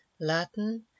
Latin